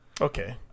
okay